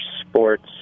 sports